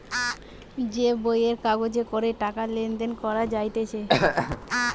যে বইয়ের কাগজে করে টাকা লেনদেন করা যাইতেছে